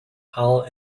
halle